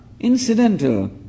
incidental